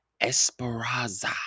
Esperanza